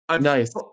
Nice